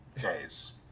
days